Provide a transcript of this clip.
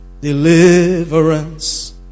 deliverance